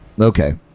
Okay